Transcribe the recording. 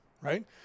right